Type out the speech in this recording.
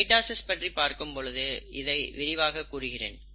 mitosis பற்றி பார்க்கும் பொழுது இதை விரிவாகக் கூறுகிறேன்